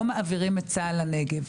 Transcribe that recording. לא מעבירים את צה"ל לנגב,